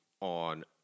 on